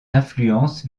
influences